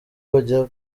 bajya